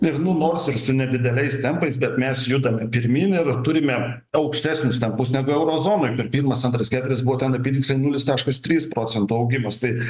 ir nu nors ir su nedideliais tempais bet mes judame pirmyn ir turime aukštesnius tempus negu eurozonoj per pirmas antras ketvirtis apytiksliai buvo nulis taškas trys procento augimas tai